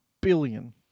billion